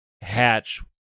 hatch